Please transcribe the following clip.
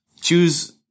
choose